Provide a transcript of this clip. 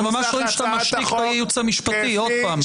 אנחנו ממש רואים שאתה משתיק את הייעוץ המשפטי עוד פעם.